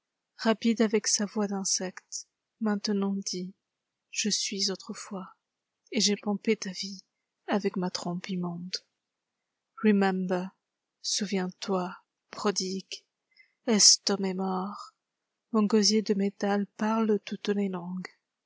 rapide avec sa voitd'insecte maintenant dit je suis autrefois et j'ai pompé ta vie avec ma plus même bas souviens-toi prodigue eslo memor i mon gosier de métal parle toutes les langues